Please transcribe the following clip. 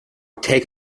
take